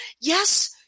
yes